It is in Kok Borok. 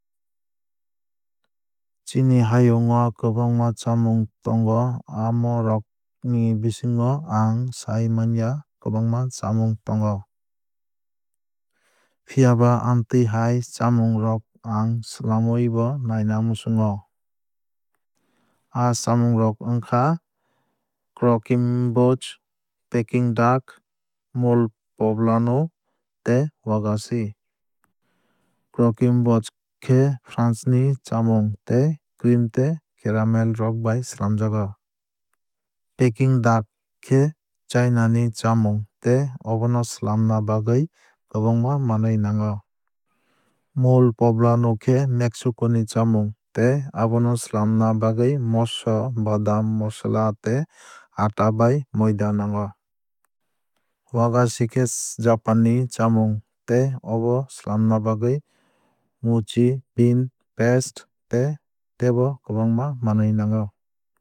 Chini hayung o kwbangma chamung tongo amo rok ni bisingo ang sai manya kwbangma chamung tongo. Phiaba amtwui hai chamung rok ang swlamui bo naina muchungo. A chamung rok wngkha croquembouche peking duck mole poblano tei wagashi. Croquembouche khe france ni chamung tei cream tei caramel rok bai swlamjago. Peking duck khe china ni chamung tei obono swlamna bagwui kwbangma manwui nagno. Mole poblano khe mexico ni chamung tei abono swlamna bagwui moso badam mosola tei aataa bai moida nango. Wagashi khe japan ni chamung tei obo swlamna bagwui mochi bean paste tei tebo kwbangma manwui nango.